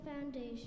foundation